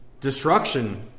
destruction